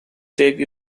take